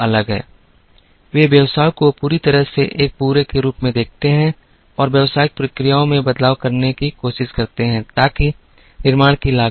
वे व्यवसाय को पूरी तरह से एक पूरे के रूप में देखते हैं और व्यावसायिक प्रक्रियाओं में बदलाव करने की कोशिश करते हैं ताकि निर्माण की लागत कम हो